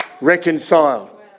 reconciled